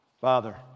Father